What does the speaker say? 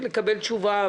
מקבלים בדרך,